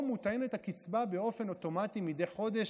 מוטענת הקצבה באופן אוטומטי מדי חודש,